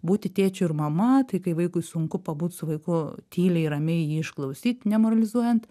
būti tėčiu ir mama tai kai vaikui sunku pabūt su vaiku tyliai ramiai jį išklausyt nemoralizuojant